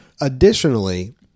Additionally